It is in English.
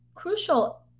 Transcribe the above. Crucial